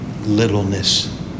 littleness